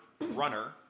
runner